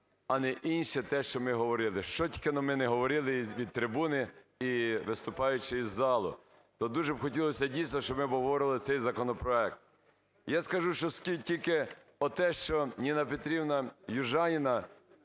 а не інше – те, що ми говорили. Що тільки-но ми не говорили і від трибуни, і виступаючи із залу. То дуже б хотілося дійсно, що ми обговорювали цей законопроект. Я скажу, що тільки оте, що Ніна Петрівна Южаніна